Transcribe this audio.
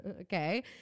okay